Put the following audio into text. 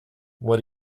what